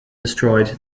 destroyed